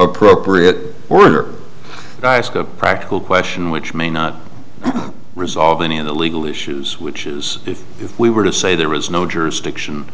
appropriate order of practical question which may not resolve any of the legal issues which is if we were to say there is no jurisdiction